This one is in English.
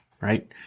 right